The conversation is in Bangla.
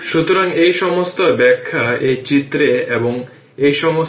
সুতরাং এটি 05 di1 dt